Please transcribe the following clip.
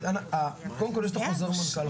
קודם כל יש פה חוזר מנכ"ל.